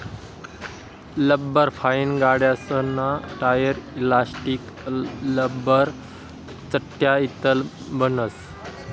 लब्बरफाइ गाड्यासना tyre, elastic, लब्बरन्या चटया इतलं बनस